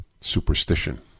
superstition